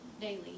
daily